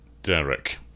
Derek